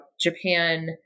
Japan